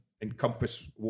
encompass